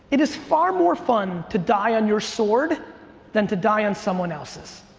it is far more fun to die on your sword than to die on someone else's.